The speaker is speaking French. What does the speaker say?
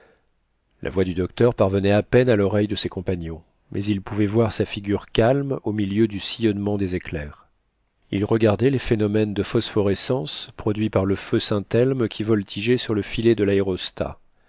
la voix du docteur parvenait à peine à l'oreille de ses compagnons mais ils pouvaient voir sa figure calme au milieu du sillonnement des éclairs il regardait les phénomènes de phosphorescence produits par le feu saint-elme qui voltigeait sur le filet de l'aérostat